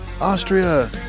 Austria